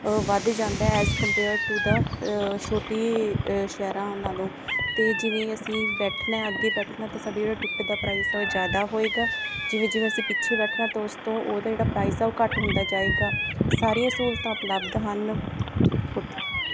ਵਧ ਜਾਂਦਾ ਹੈ ਐਸ ਕੰਪੇਅਰ ਟੂ ਦਾ ਛੋਟੇ ਸ਼ਹਿਰਾਂ ਨਾਲੋਂ ਅਤੇ ਜਿਵੇਂ ਅਸੀਂ ਬੈਠਣਾ ਅੱਗੇ ਬੈਠਣਾ ਅਤੇ ਸਾਡੀ ਜਿਹੜਾ ਟਿਕਟ ਦਾ ਪ੍ਰਾਈਸ ਉਹ ਜ਼ਿਆਦਾ ਹੋਏਗਾ ਜਿਵੇਂ ਜਿਵੇਂ ਅਸੀਂ ਪਿੱਛੇ ਬੈਠਣਾ ਤਾਂ ਉਸ ਤੋਂ ਉਹਦਾ ਜਿਹੜਾ ਪ੍ਰਾਈਜ ਆ ਉਹ ਘੱਟ ਹੁੰਦਾ ਜਾਏਗਾ ਸਾਰੀਆਂ ਸਹੂਲਤਾਂ ਉਪਲਬਧ ਹਨ ਉੱਥੇ